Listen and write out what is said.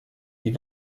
die